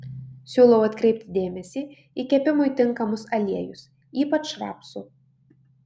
siūlau atkreipti dėmesį į kepimui tinkamus aliejus ypač rapsų